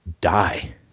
die